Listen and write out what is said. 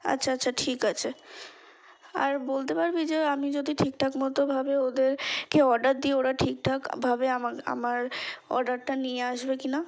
আচ্ছা আচ্ছা ঠিক আছে আর বলতে পারবি যে আমি যদি ঠিকঠাকমতোভাবে ওদেরকে অর্ডার দিই ওরা ঠিকঠাকভাবে আমা আমার অর্ডারটা নিয়ে আসবে কিনা